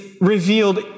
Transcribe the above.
revealed